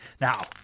Now